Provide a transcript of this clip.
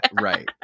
right